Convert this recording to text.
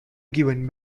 given